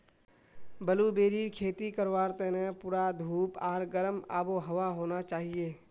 ब्लूबेरीर खेती करवार तने पूरा धूप आर गर्म आबोहवा होना चाहिए